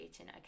okay